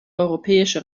europäische